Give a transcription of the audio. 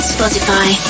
Spotify